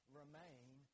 remain